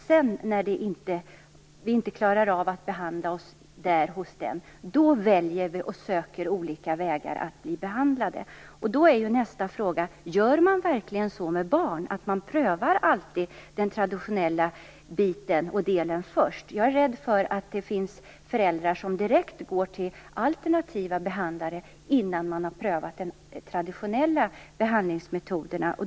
Sedan, när den behandlingen inte lyckas, väljer vi och söker olika vägar att bli behandlade. Då är nästa fråga: Gör man verkligen så med barn? Prövar man alltid den traditionella behandlingen först? Jag är rädd för att det finns föräldrar som direkt går till alternativa behandlare innan de har prövat de traditionella behandlingsmetoderna.